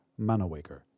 manowaker